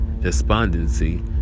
despondency